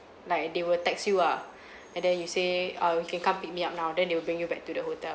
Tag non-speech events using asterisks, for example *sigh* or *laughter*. like they will text you ah *breath* and then you say ah you can come pick me up now then they will bring you back to the hotel